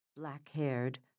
black-haired